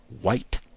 white